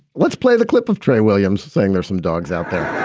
let's play the clip of trey williams saying there's some dogs out there